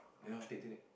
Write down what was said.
ya take take take